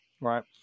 Right